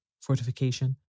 fortification